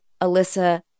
Alyssa